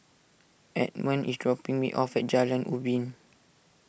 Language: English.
Edmond is dropping me off at Jalan Ubin